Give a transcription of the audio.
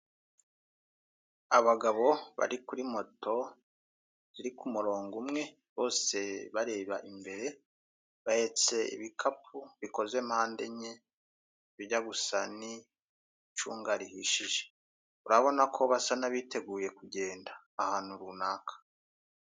Abagabo bari kuri moto bari kumurongo umwe bose bareba imbere, bahetse ibikapu bikoze mpande enye bijya gusa n'icunga rihishije urabona ko basa n'abiteguye kugenda ahantu runaka.